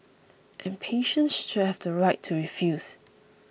and patients should have the right to refuse